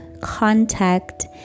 contact